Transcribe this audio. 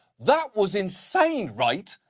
that was insane, right?